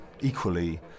equally